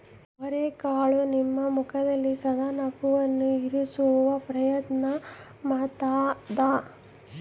ಅವರೆಕಾಳು ನಿಮ್ಮ ಮುಖದಲ್ಲಿ ಸದಾ ನಗುವನ್ನು ಇರಿಸುವ ಪ್ರಯತ್ನ ಮಾಡ್ತಾದ